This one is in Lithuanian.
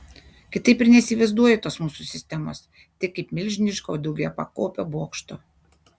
kitaip ir neįsivaizduoju tos mūsų sistemos tik kaip milžiniško daugiapakopio bokšto